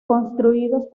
construidos